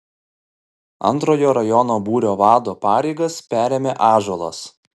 antrojo rajono būrio vado pareigas perėmė ąžuolas